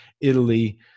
Italy